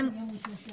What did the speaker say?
ביום שלישי